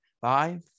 five